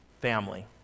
family